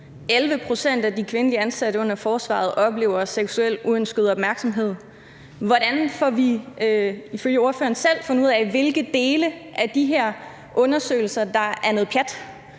11 pct. af de kvindelige ansatte under forsvaret oplever seksuel uønsket opmærksomhed. Hvordan får vi ifølge ordføreren fundet ud af, hvilke dele af de her undersøgelser der er noget pjat,